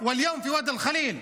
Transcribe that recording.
חבר הכנסת עודד פורר,